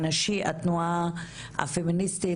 התנועה הפמיניסטית,